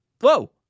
Whoa